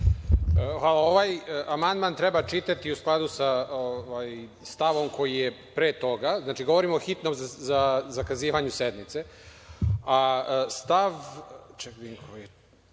Ovaj amandman treba čitati u skladu sa stavom koji je pre toga. Znači, govorim o hitnom zakazivanju sednice, stav 4.